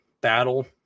battle